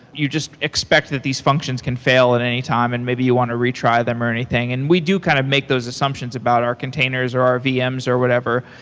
you just expect that these functions can fail at any time and maybe you want to retry them or anything, and we do kind of make those assumptions about our containers or our vm's or whatever,